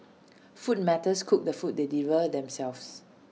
food matters cook the food they deliver themselves